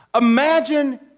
Imagine